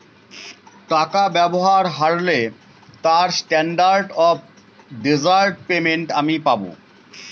টাকা ব্যবহার হারলে তার স্ট্যান্ডার্ড অফ ডেজার্ট পেমেন্ট আমি পাব